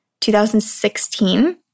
2016